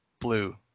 blue